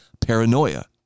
paranoia